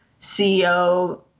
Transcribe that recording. CEO